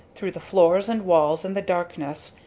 through the floors and walls and the darkness,